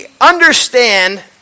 understand